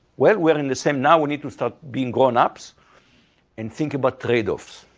well, we are in the same. now, we need to start being grown-ups and think about trade-offs.